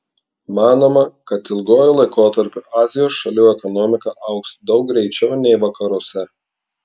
manoma kad ilguoju laikotarpiu azijos šalių ekonomika augs daug greičiau nei vakaruose